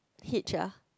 hitch ah